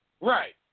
Right